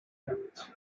levels